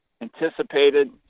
anticipated